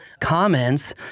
comments